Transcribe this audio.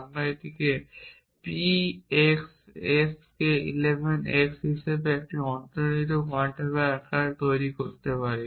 আমরা এটিকে p x s k eleven x হিসাবে লিখে একটি অন্তর্নিহিত কোয়ান্টিফায়ার আকারে তৈরি করতে পারি